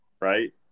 right